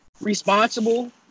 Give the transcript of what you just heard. responsible